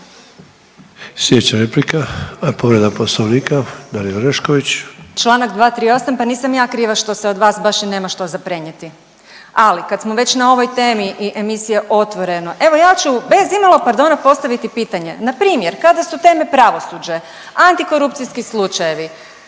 Dalija (Stranka s imenom i prezimenom)** Članak 238., pa nisam ja kriva što se od vas baš i nema što za prenijeti, ali kad smo već na ovoj temi i emisije Otvoreno, evo ja ću bez imalo pardona postaviti pitanje. Na primjer kada su teme pravosuđe, antikorupcijski slučajevi